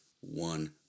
one